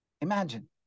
Imagine